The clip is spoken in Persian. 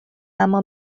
اما